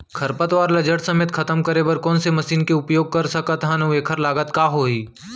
खरपतवार ला जड़ समेत खतम करे बर कोन से मशीन के उपयोग कर सकत हन अऊ एखर लागत का होही?